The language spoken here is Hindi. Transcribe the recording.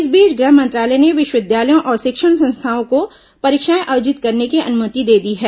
इस बीच गृह मंत्रालय ने विश्वविद्यालयों और शिक्षण संस्थाओं को परीक्षाएं आयोजित करने की अनुमति दे दी है